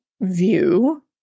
view